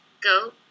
go